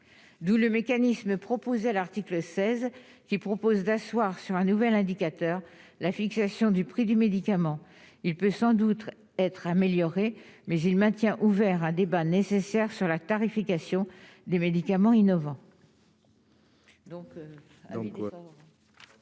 d'où le mécanisme proposé à l'article 16 qui propose d'asseoir sur un nouvel indicateur la fixation du prix du médicament, il peut sans doute être améliorée, mais il maintient ouvert à débat nécessaire sur la tarification des médicaments innovants.